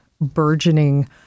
burgeoning